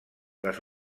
les